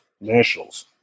nationals